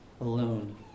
alone